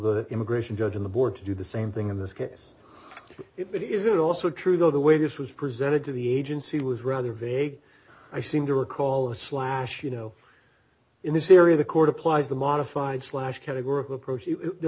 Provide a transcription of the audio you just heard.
the immigration judge in the board to do the same thing in this case it isn't also true though the way this was presented to the agency was rather vague i seem to recall a slash you know in this area the court applies the modified slash categorical approach there